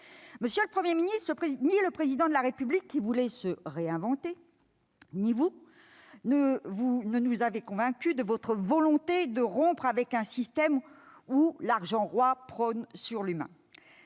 Monsieur le Premier ministre, ni le Président de la République, qui voulait se réinventer, ni vous-même ne nous avez convaincus de votre volonté de rompre avec un système, dans lequel l'argent roi prévaut sur l'humain.